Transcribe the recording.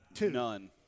none